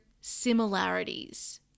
similarities